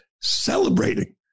celebrating